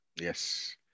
Yes